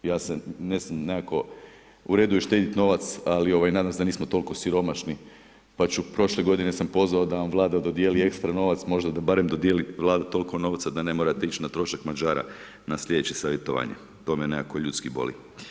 Ja se mislim, nekako u redu je štediti novac ali nadam se da nismo toliko siromašni, pa ću, prošle godine sam pozvao da vam Vlada dodijeli ekstra novac, možda da barem dodijeli Vlada toliko novca da ne morate ići na trošak Mađara na slijedeće savjetovanje, to me nekako ljudski boli.